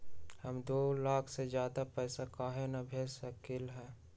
हम दो लाख से ज्यादा पैसा काहे न भेज सकली ह?